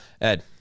Ed